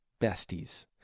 besties